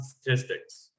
statistics